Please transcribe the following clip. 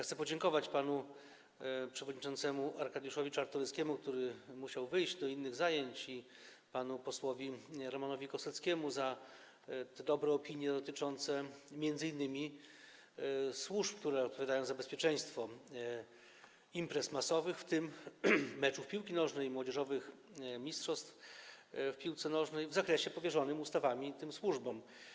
Chcę podziękować panu przewodniczącemu Arkadiuszowi Czartoryskiemu, który musiał wyjść do innych zajęć, i panu posłowi Romanowi Koseckiemu za dobre opinie dotyczące m.in. służb, które odpowiadają za bezpieczeństwo imprez masowych, w tym meczów piłki nożnej, młodzieżowych mistrzostw w piłce nożnej w zakresie powierzonym ustawami tym służbom.